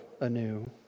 anew